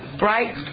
right